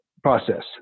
Process